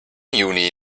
juni